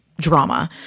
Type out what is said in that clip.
drama